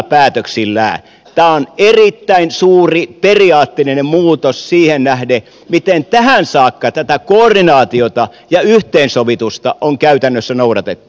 tämä on erittäin suuri periaatteellinen muutos siihen nähden miten tähän saakka tätä koordinaatiota ja yhteensovitusta on käytännössä noudatettu